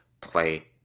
play